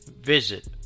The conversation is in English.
visit